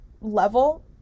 level